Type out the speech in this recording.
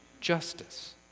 justice